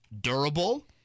durable